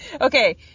Okay